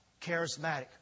charismatic